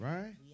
Right